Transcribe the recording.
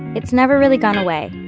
it's never really gone away.